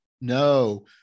No